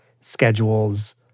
schedules